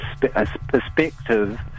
perspective